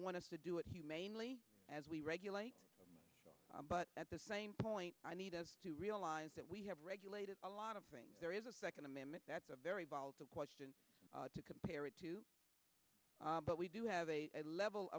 want to do it humanely as we regulate but at the same point i needed to realize that we have regulated a lot of things there is a second amendment that's a very volatile question to compare it to but we do have a level